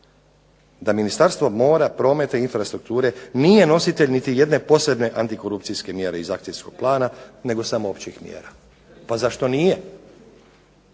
da Ministarstvo mora, prometa i infrastrukture nije nositelj niti jedne posebne antikorupcijske mjere iz akcijskog plana nego samo općih mjera. Pa zašto nije?